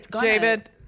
David